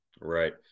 Right